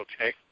okay